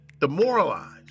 demoralized